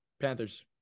Panthers